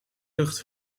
lucht